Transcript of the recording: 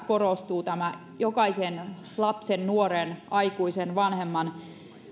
korostuu jokaisen lapsen nuoren aikuisen vanhemman